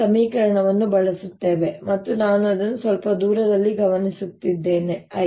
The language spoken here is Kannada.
ಆದ್ದರಿಂದ ನಾವು ಈ ಸಮೀಕರಣವನ್ನು ಬಳಸುತ್ತೇವೆ ಮತ್ತು ನಾನು ಅದನ್ನು ಸ್ವಲ್ಪ ದೂರದಲ್ಲಿ ಗಮನಿಸುತ್ತಿದ್ದೇನೆ l